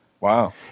Wow